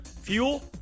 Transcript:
fuel